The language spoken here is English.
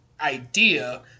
idea